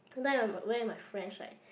sometimes I went with my friends right